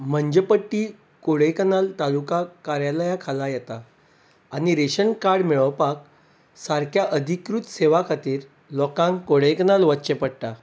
मंजपट्टी कोडायकनाल तालुका कार्यालया खाला येता आनी रेशन कार्ड मेळोवपा सारक्या अधिकृत सेवां खातीर लोकांक कोडायकनाल वचचें पडटा